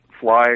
fly